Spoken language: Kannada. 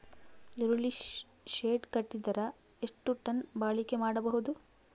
ಈರುಳ್ಳಿ ಶೆಡ್ ಕಟ್ಟಿದರ ಎಷ್ಟು ಟನ್ ಬಾಳಿಕೆ ಮಾಡಬಹುದು?